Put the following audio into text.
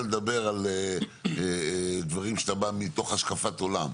לדבר על דברים שאתה בא מתוך השקפת עולם,